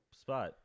spot